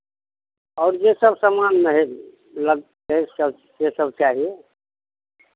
आओर जे सभ सामानमे हइ लगतै सेसभ चाही